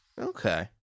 Okay